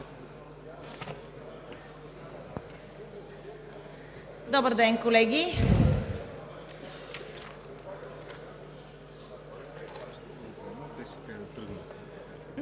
Добър ден, колеги!